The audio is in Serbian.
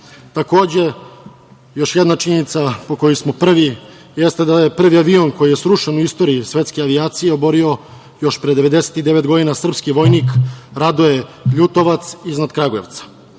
pilota. Takođe, još jedna činjenica po kojoj smo prvi jeste da je prvi avion koji je srušen u istoriji svetske avijacije oborio još pre 99 godina srpski vojnik Radoje Ljutovac iznad Kragujevca.